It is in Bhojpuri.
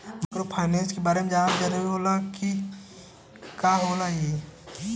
माइक्रोफाइनेस के बारे में जानल जरूरी बा की का होला ई?